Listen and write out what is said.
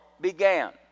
began